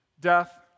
death